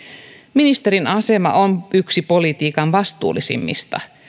ministerin asema on yksi politiikan vastuullisimmista